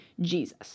Jesus